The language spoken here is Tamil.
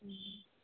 ம்